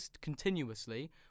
continuously